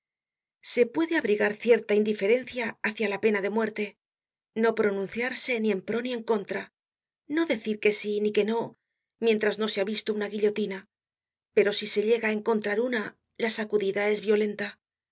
se puede abrigar cierta indiferencia hácia la pena de muerte no pronunciarse ni en pró ni en contra no decir que sí ni que no mientras no se ha visto una guillotina pero si se llega á encontrar una la sacudida es violenta